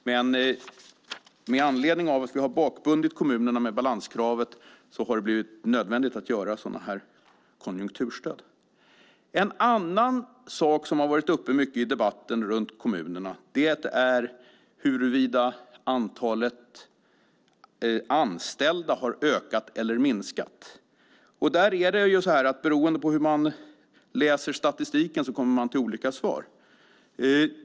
Men med anledning av att vi har bakbundit kommunerna med balanskravet har det blivit nödvändigt att införa sådana här konjunkturstöd. En annan sak som har varit uppe mycket i debatten runt kommunerna är huruvida antalet anställda har ökat eller minskat. Beroende på hur man läser statistiken kommer man till olika svar.